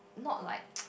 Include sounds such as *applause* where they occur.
not like *noise*